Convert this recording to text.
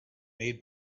made